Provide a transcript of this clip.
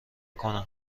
کنم